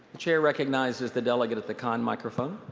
chair recognizes the delegate at the con microphone.